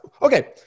Okay